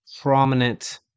prominent